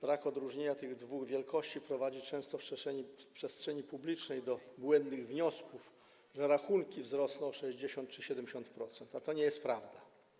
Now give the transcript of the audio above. Brak rozróżnienia tych dwóch wielkości prowadzi często w przestrzeni publicznej do błędnych wniosków, że rachunki wzrosną o 60 czy 70%, a to nie jest prawda.